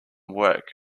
work